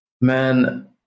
Man